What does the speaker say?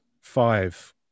Five